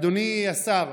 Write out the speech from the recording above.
אדוני השר,